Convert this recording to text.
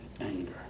anger